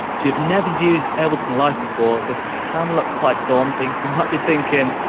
if you have never used ableton live before, this can look quite daunting. you might be thinking,